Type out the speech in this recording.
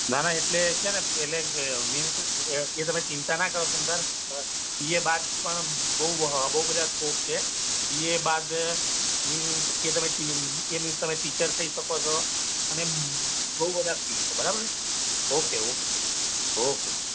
ના ના એટલે છે ને એટલે કે મીન્સ એ એ તમે ચિંતા ના કરો તમ તારે બી એ બાદ પણ બહુ હા બહુ બધા સ્કોપ છે બી એ બાદ મીન્સ એ તમે એ તમે ટીચર થઈ શકો છો અને બહુ બધા ફિલ્ડ છે બરાબર છે ઓકે ઓકે ઓકે